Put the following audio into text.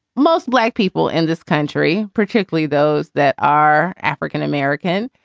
most black people in this country, particularly those that are african-american,